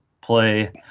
play